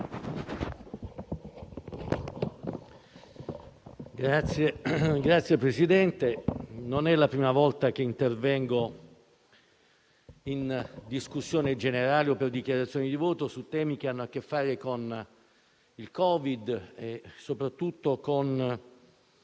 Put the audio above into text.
Signor Presidente, non è la prima volta che intervengo in discussione generale o per dichiarazione di voto su temi che hanno a che fare con il Covid-19 e soprattutto con